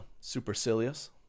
supercilious